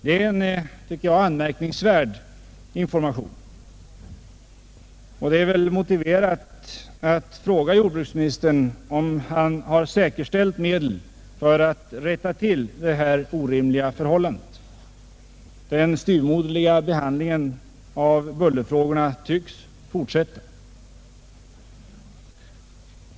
Jag tycker att detta är en anmärkningsvärd information, och det är väl motiverat att fråga jordbruksministern om han har säkerställt medel för att rätta till detta orimliga förhållande. Den styvmoderliga behandlingen av bullerfrågorna tycks fortsätta.